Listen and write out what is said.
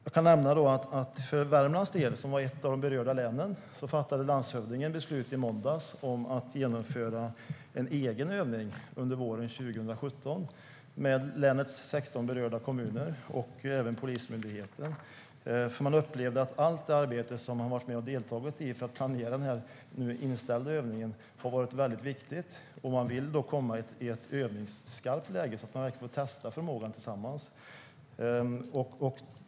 Jag kan nämna att för Värmlands del, som var ett av de berörda länen, fattade landshövdingen i måndags beslut om att under våren 2017 genomföra en egen övning med länets 16 berörda kommuner och även Polismyndigheten. Man upplevde att allt arbete man deltagit i för att planera den inställda övningen har varit viktigt. Då vill man komma i ett övningsskarpt läge, för att testa förmågan tillsammans.